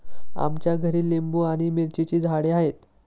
आमच्या घरी लिंबू आणि मिरचीची झाडे आहेत